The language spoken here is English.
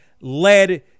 led